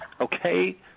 Okay